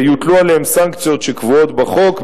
יוטלו עליהן סנקציות שקבועות בחוק,